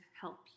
help